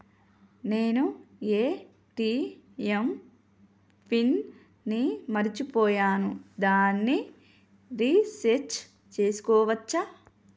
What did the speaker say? నేను ATM pin ని మరచిపోయాను దాన్ని రీ సెట్ చేసుకోవచ్చా?